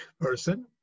person